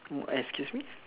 oh excuse me